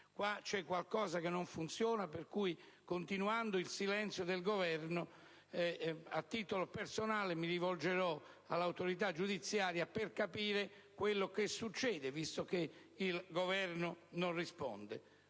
qui c'è qualcosa che non funziona e, continuando il silenzio del Governo, a titolo personale, mi rivolgerò all'autorità giudiziaria per capire quello che succede, visto che il Governo non risponde.